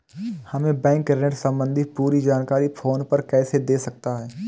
हमें बैंक ऋण संबंधी पूरी जानकारी फोन पर कैसे दे सकता है?